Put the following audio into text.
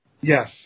Yes